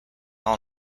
all